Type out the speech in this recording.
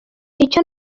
icyo